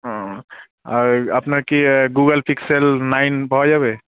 ও আর আপনার কি গুগল পিক্সেল নাইন পাওয়া যাবে